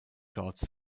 george